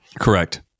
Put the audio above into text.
Correct